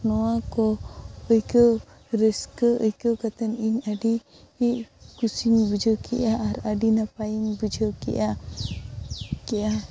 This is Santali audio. ᱱᱚᱣᱟ ᱠᱚ ᱟᱹᱭᱠᱟᱹᱣ ᱨᱟᱹᱥᱠᱟᱹ ᱟᱹᱭᱠᱟᱹᱣ ᱠᱟᱛᱮᱫ ᱤᱧ ᱟᱹᱰᱤ ᱠᱩᱥᱤᱧ ᱵᱩᱡᱷᱟᱹᱣ ᱠᱮᱫᱼᱟ ᱟᱨ ᱟᱹᱰᱤ ᱱᱟᱯᱟᱭᱤᱧ ᱵᱩᱡᱷᱟᱹᱣ ᱠᱮᱫᱼᱟ ᱠᱮᱫᱼᱟ